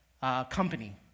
company